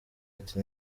ati